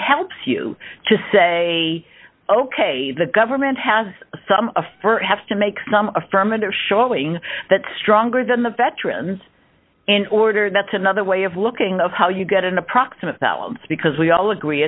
helps you to say ok the government has some a for have to make some affirmative showing that stronger than the veterans in order that's another way of looking of how you get an approximate balance because we all agree